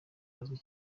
azwi